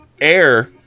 air